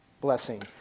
blessing